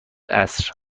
عصر